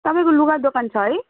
तपाईँको लुगा दोकान छ है